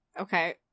Okay